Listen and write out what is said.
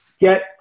get